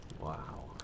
wow